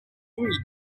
húmedos